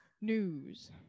news